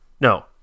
No